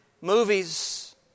movies